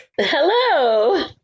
Hello